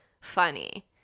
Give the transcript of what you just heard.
funny